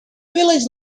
village